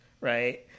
Right